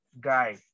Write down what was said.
guy